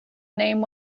name